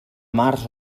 març